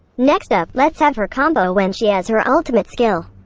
next up, let's have her combo when she has her ultimate skill.